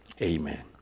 Amen